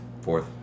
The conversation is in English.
Fourth